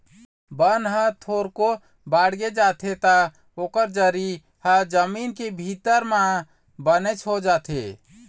बन ह थोरको बाड़गे जाथे त ओकर जरी ह जमीन के भीतरी म बनेच हो जाथे